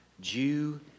Jew